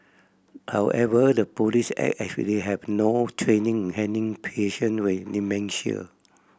however the police acted as if they have no training in handling patient with dementia